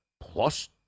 plus